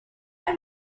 are